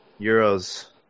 euros